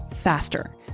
faster